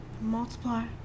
multiply